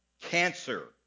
cancer